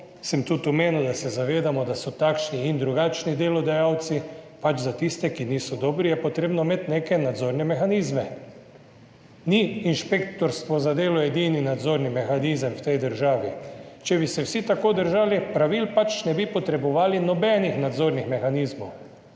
sem tudi, da se zavedamo, da so takšni in drugačni delodajalci, pač za tiste, ki niso dobri, je treba imeti neke nadzorne mehanizme. Ni Inšpektorat za delo edini nadzorni mehanizem v tej državi. Če bi se vsi tako držali pravil, ne bi potrebovali nobenih nadzornih mehanizmov.